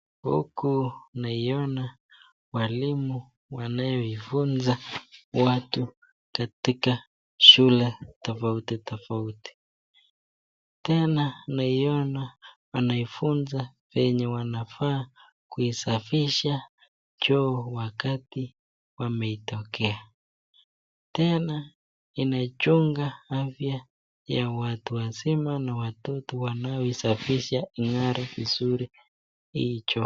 Huku naiona mwalimu anayoifunza watu katika shule tofauti tofauti ,tena naiona anaifunza venye wanafaa kuisafisha choo wakati wameitokea ,tena inachunga afya ya watu wazima na watoto wanao safisha ing'are vizuri hii choo.